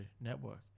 Network